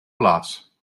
plaats